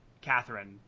Catherine